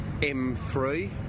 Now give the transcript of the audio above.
M3